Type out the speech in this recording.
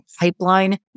pipeline